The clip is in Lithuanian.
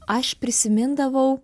aš prisimindavau